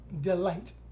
delight